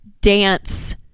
dance